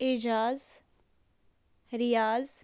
Ejaz Riyaz